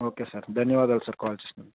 okay sir ధన్యవాదాలు sir call చేసినందుకు